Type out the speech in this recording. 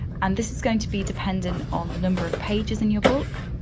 and this is going to be dependent on the number of pages in your book,